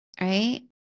right